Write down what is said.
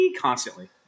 constantly